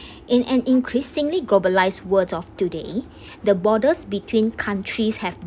in an increasingly globalised world of today the borders between countries have